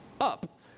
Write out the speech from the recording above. up